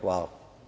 Hvala.